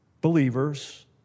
believers